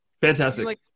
fantastic